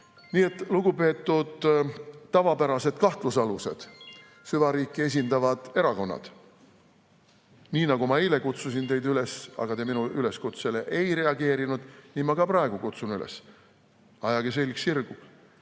on. Nii et lugupeetud tavapärased kahtlusalused, süvariiki esindavad erakonnad! Nii nagu ma eile kutsusin teid üles, aga te minu üleskutsele ei reageerinud, nii ma ka praegu kutsun üles: ajage selg sirgu